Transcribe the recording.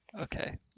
Okay